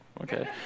okay